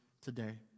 today